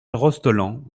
rostolland